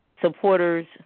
supporters